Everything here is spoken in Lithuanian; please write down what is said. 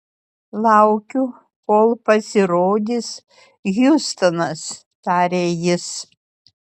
laukiu kol pasirodys hjustonas tarė jis